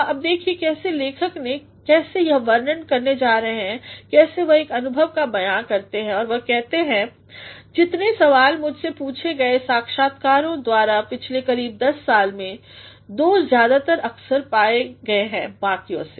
अब देखिए कैसे लेखक ने कैसे वह वर्णन करने जाते हैं कैसे वह एक अनुभव का बयान करते हैं और वह कहते हैं जितने सवाल मुझसे पूछे गए हैंसाक्षात्कर्ताओंद्वारा पिछले करीब दस साल में दो ज्यादा अक्सर पाएगए हैं बाकियों से